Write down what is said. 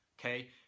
Okay